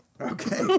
Okay